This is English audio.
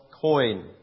coin